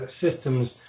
systems